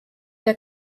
der